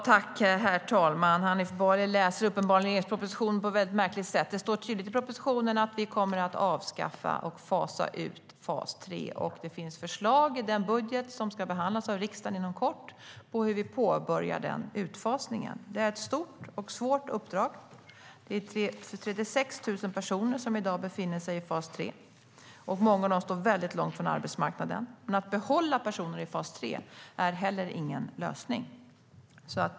Herr talman! Hanif Bali läser regeringens proposition på ett mycket märkligt sätt. Det står tydligt i propositionen att vi kommer att avskaffa och fasa ut fas 3. Det finns förslag i den budget som ska behandlas av riksdagen inom kort om hur vi påbörjar den utfasningen. Det är ett stort och svårt uppdrag. Det är 36 000 personer som i dag befinner sig i fas 3. Många av dem står väldigt långt från arbetsmarknaden. Men att behålla personer i fas 3 är heller ingen lösning.